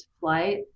flight